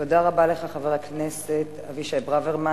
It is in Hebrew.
תודה רבה לך, חבר הכנסת אבישי ברוורמן.